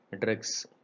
drugs